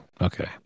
okay